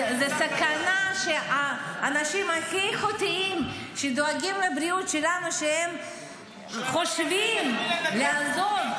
זאת סכנה שהאנשים הכי איכותיים שדואגים לבריאות שלנו חושבים לעזוב.